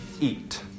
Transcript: Eat